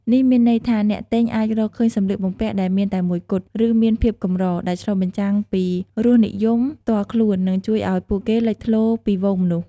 នេះមានន័យថា អ្នកទិញអាចរកឃើញសម្លៀកបំពាក់ដែលមានតែមួយគត់ ឬមានភាពកម្រ ដែលឆ្លុះបញ្ចាំងពីរសនិយមផ្ទាល់ខ្លួន និងជួយឱ្យពួកគេលេចធ្លោពីហ្វូងមនុស្ស។